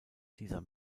dieser